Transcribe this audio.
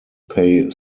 pay